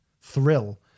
thrill